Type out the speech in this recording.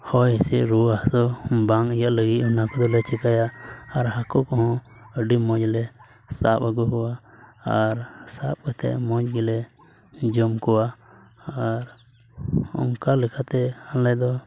ᱦᱚᱭ ᱦᱤᱸᱥᱤᱫ ᱨᱩᱣᱟᱹ ᱦᱟᱹᱥᱩ ᱵᱟᱝ ᱤᱭᱟᱹᱜ ᱞᱟᱹᱜᱤᱫ ᱚᱱᱟ ᱠᱚᱜᱮ ᱞᱮ ᱪᱤᱠᱟᱹᱭᱟ ᱟᱨ ᱦᱟᱹᱠᱩ ᱠᱚ ᱦᱚᱸ ᱟᱹᱰᱤ ᱢᱚᱡᱽ ᱞᱮ ᱥᱟᱵ ᱟᱹᱜᱩ ᱠᱚᱣᱟ ᱟᱨ ᱥᱟᱵ ᱠᱟᱛᱮᱫ ᱢᱚᱡᱽ ᱜᱮᱞᱮ ᱡᱚᱢ ᱠᱚᱣᱟ ᱟᱨ ᱚᱱᱠᱟ ᱞᱮᱠᱟᱛᱮ ᱟᱞᱮ ᱫᱚ